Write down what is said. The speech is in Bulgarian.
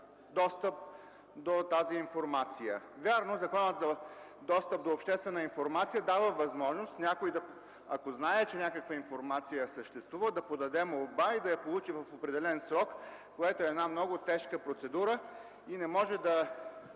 достъп до тази информация. Вярно, Законът за достъп до обществена информация дава възможност някой, ако знае, че съществува някаква информация, да подаде молба и да я получи в определен срок, което е една много тежка процедура и не може да